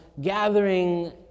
gathering